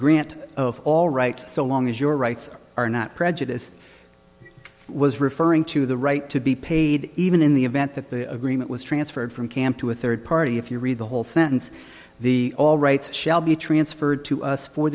ent of all right so long as your rights are not prejudiced i was referring to the right to be paid even in the event that the agreement was transferred from camp to a third party if you read the whole sentence the all rights shall be transferred to us for